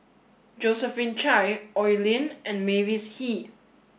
Josephine Chia Oi Lin and Mavis Hee